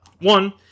one